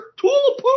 tool